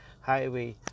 highway